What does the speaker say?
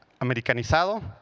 Americanizado